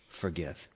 forgive